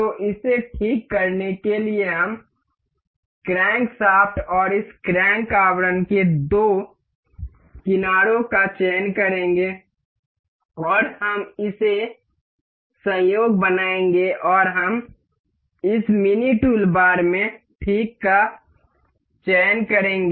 तो इसे ठीक करने के लिए हम क्रैंकशाफ्ट और इस क्रैंक आवरण के दो किनारों का चयन करेंगे और हम इसे संयोग बनाएंगे और हम इस मिनी टूलबार में ठीक का चयन करेंगे